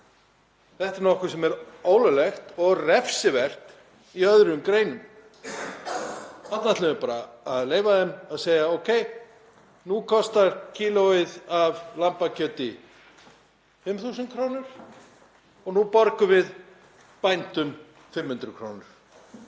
Þetta er nokkuð sem er ólöglegt og refsivert í öðrum greinum. Þarna ætlum við bara að leyfa þeim að segja: Ókei, nú kostar kílóið af lambakjöti 5.000 kr. og nú borgum við bændum 500 kr.